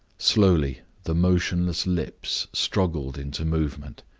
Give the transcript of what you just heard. slowly the motionless lips struggled into movement.